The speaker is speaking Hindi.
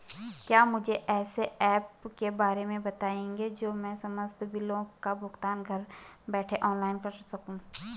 क्या मुझे ऐसे ऐप के बारे में बताएँगे जो मैं समस्त बिलों का भुगतान घर बैठे ऑनलाइन कर सकूँ?